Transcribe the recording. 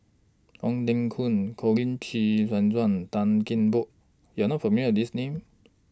Ong Teng Koon Colin Qi Zhe Quan Tan Kian Por YOU Are not familiar with These Names